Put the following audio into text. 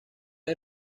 hay